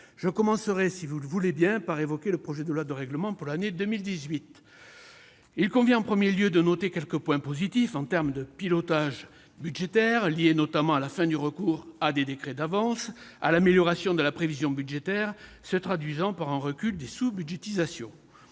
Je commencerai, si vous le voulez bien, par évoquer le projet de loi de règlement pour l'année 2018. Il convient, d'abord, de noter quelques points positifs en termes de pilotage budgétaire, liés notamment à la fin du recours à des décrets d'avance et à l'amélioration de la prévision budgétaire, ce qui se traduit par un recul des sous-budgétisations.